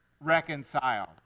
reconciled